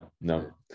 no